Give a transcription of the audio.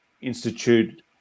institute